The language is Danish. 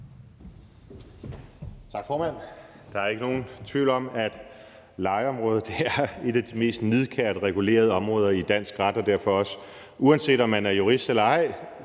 Tak, formand. Der er ikke nogen tvivl om, at lejeområdet er et af de mest nidkært regulerede områder i dansk ret, og det er derfor også, uanset om man er jurist eller ej,